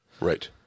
Right